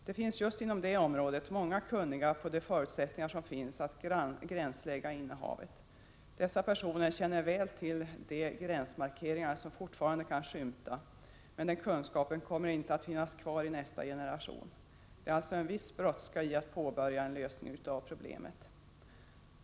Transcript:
Det finns just inom det området många kunniga på de förutsättningar som finns att gränslägga innehavet. Dessa personer känner väl till de gränsmarkeringar som fortfarande kan skymta, men den kunskapen kommer inte att finnas kvar i nästa generation. Det är alltså en viss brådska att påbörja en lösning av problemet.